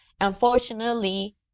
unfortunately